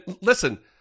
listen